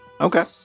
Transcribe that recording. Okay